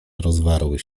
rozwarły